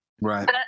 Right